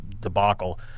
debacle